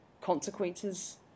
consequences